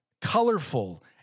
colorful